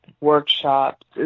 workshops